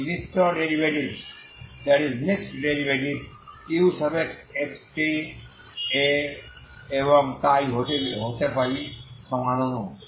আমি মিশ্র ডেরিভেটিভস এবং তাই হতে পারি সমাধানও